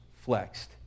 flexed